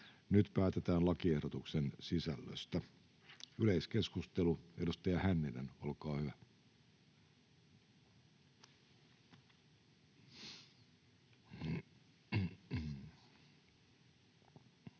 Nyt päätetään lakiehdotuksen sisällöstä. — Yleiskeskustelu, edustaja Hänninen, olkaa hyvä.